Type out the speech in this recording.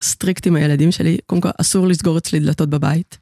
Strict עם הילדים שלי, קודם כל, אסור לסגור אצלי דלתות בבית.